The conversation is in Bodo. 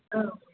औ